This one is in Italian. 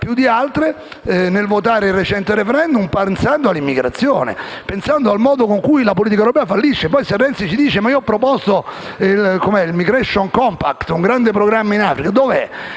più di altre, nel votare il recente *referendum*, si è molto orientato all'immigrazione, pensando al modo con cui la politica europea fallisce. Renzi ci dice poi che ha proposto il *migration compact*, un grande programma in Africa. Dov'è?